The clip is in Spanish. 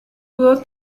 pudo